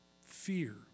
fear